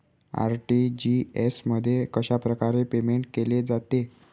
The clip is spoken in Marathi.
आर.टी.जी.एस मध्ये कशाप्रकारे पेमेंट केले जाते?